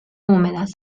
húmedas